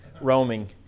roaming